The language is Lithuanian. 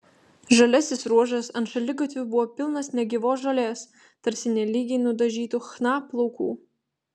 žaliasis ruožas ant šaligatvių buvo pilnas negyvos žolės tarsi nelygiai nudažytų chna plaukų